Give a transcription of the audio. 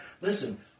Listen